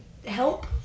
help